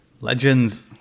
Legends